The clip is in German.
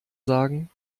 sagen